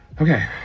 Okay